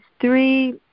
three